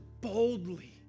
boldly